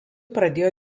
pradėjo